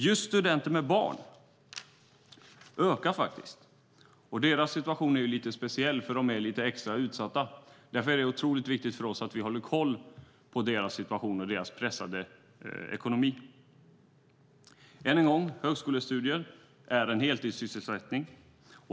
Just studenter med barn ökar faktiskt. Deras situation är ju lite speciell, för de är lite extra utsatta. Därför är det otroligt viktigt för oss att vi håller koll på deras situation och deras pressade ekonomi. Än en gång: högskolestudier är en heltidssysselsättning.